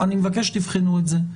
אני מבקש שתבחנו את זה.